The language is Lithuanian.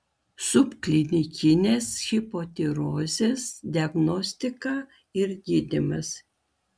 subklinikinės hipotirozės diagnostika ir gydymas